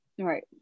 Right